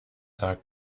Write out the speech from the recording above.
tag